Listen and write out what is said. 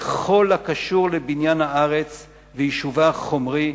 בכל הקשור לבניין הארץ ויישובה החומרי,